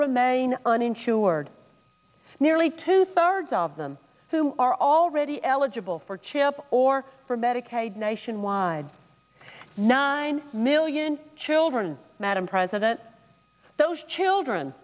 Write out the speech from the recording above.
remain uninsured nearly two thirds of them who are already eligible for chip or for medicaid nationwide nine million children madame president those children